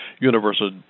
universal